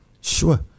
sure